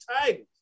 Tigers